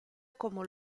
como